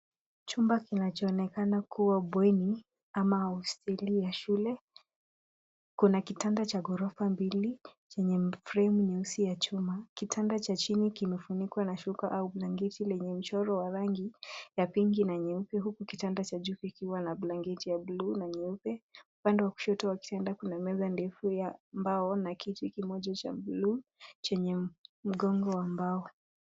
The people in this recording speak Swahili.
Chumba kinacho onekana kuwa bweni ama hosteli ya shule. Kuna kitanda cha gorofa mbili chenye fremu nyeusi ya chuma. Kitanda cha chini kimefunikwa na shuka au blanketi lenye mchoro wa rangi ya pinki na nyeupe, huku kitanda cha juu kikiwa na blanketi ya bluu na nyeupe. Upande wa kushoto wa kitanda kuna meza ndefu ya mbao na kiti kimoja cha bluu chenye mgongo wa mbao.